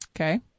Okay